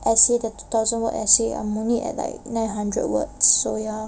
essay the two thousand word essay I'm only at like nine hundred words so ya